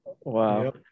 Wow